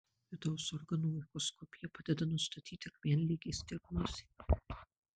vidaus organų echoskopija padeda nustatyti akmenligės diagnozę